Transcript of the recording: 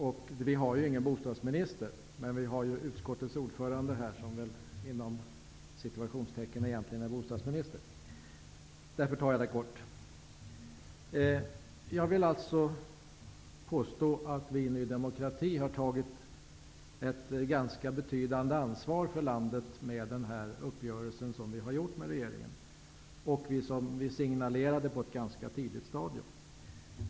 Det finns ju ingen bostadsminister, men vi har utskottets ordförande här, som väl egentligen är Jag vill påstå att vi i Ny demokrati har tagit ett ganska betydande ansvar för landet med den uppgörelse som vi har träffat med regeringen. Vi signalerade detta på ett tidigt stadium.